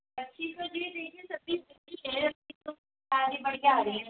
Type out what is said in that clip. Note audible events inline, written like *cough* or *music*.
*unintelligible* सारी बढ़िया आ रही हैं